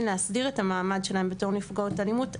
להסדיר את המעמד שלהן בתור נפגעות אלימות,